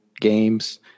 games